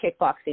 kickboxing